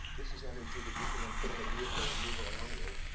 this is energy that you can then put in a vehicle and move around with.